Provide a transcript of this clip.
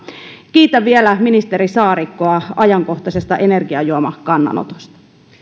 kiitän vielä ministeri saarikkoa ajankohtaisesta energiajuomakannanotosta